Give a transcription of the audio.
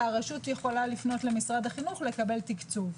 והרשות יכולה לפנות למשרד החינוך לקבל תקצוב.